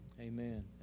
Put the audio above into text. Amen